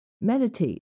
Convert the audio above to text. meditate